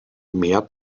mehr